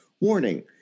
warning